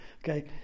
Okay